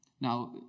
Now